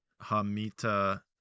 Hamita